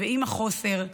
ועם החוסר,